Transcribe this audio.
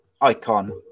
icon